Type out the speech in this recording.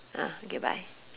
ah okay bye